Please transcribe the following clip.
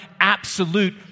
absolute